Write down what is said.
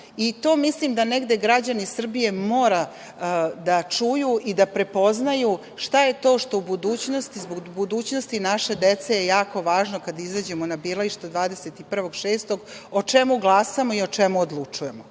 radi. Mislim da građani Srbije moraju da čuju i da prepoznaju šta je to što u budućnosti, zbog budućnosti naše dece jako važno kada izađemo na birališta 21. juna, o čemu glasamo i o čemu odlučujemo. Mi